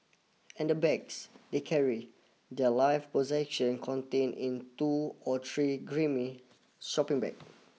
and the bags they carry their life possession contained in two or three grimy shopping bag